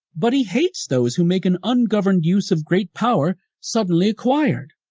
but he hates those who make an ungoverned use of great power suddenly acquired.